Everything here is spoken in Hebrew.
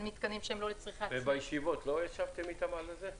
מתקנים שהם לא לצריכת -- בישיבות לא ישבתם איתם על זה?